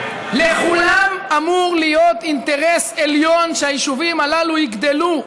לכולם אמור להיות אינטרס עליון שהיישובים הללו יגדלו,